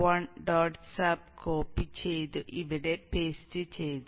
sub copy ചെയ്തു ഇവിടെ paste ചെയ്തു